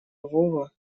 вова